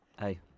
Hey